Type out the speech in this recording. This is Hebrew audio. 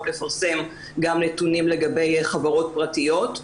לפרסם גם נתונים לגבי חברות פרטיות.